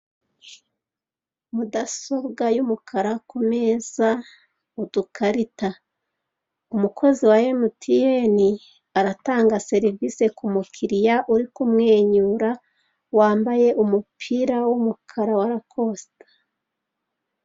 Mudasobwa y'umukara ku meza udukarita umukozi wa emutiyeni aratanga serivise ku mukiriya uri kumwenyura wambaye umupira w'umukara wa rakosite.